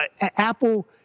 Apple